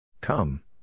Come